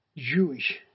Jewish